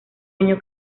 año